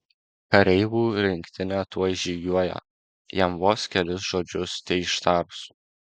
kareivų rinktinė tuoj žygiuoja jam vos kelis žodžius teištarus